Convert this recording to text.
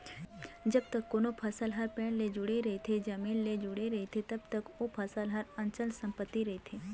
जब तक कोनो फसल ह पेड़ ले जुड़े रहिथे, जमीन ले जुड़े रहिथे तब तक ओ फसल ह अंचल संपत्ति रहिथे